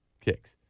kicks